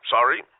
Sorry